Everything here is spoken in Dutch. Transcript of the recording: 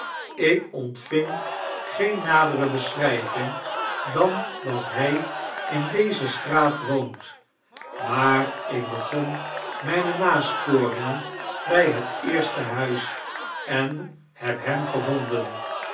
ik ontving geen nadere beschrijving dan dat hij in deze straat woont maar ik begon mijne nasporingen bij het eerste huis en heb hem gevonden